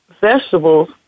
vegetables